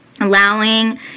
allowing